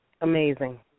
amazing